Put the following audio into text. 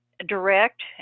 direct